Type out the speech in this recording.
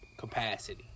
capacity